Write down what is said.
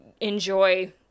enjoy